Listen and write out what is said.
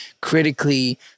critically